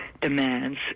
demands